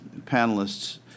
panelists